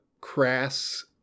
crass